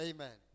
Amen